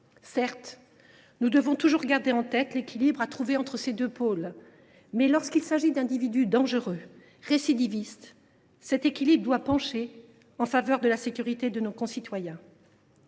Certes, nous devons toujours garder en tête qu’un équilibre doit être trouvé entre ces deux pôles, mais lorsqu’il s’agit d’individus dangereux, récidivistes, il est nécessaire de pencher en faveur de la sécurité de nos concitoyens.